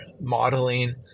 modeling